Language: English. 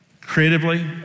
Creatively